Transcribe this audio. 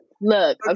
look